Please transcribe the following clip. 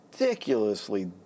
ridiculously